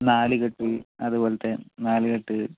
നാലുകെട്ട് അതുപോലത്തെ നാലുകെട്ട്